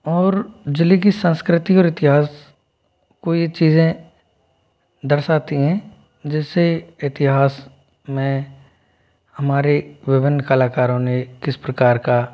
और ज़िले की संस्कृति और इतिहास को यह चीज़ें दर्शाती हैं जैसे इतिहास में हमारे विभिन्न कलाकारों ने किस प्रकार का